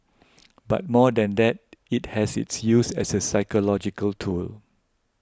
but more than that it has its use as a psychological tool